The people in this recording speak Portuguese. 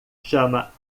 chama